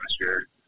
atmosphere